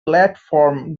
platform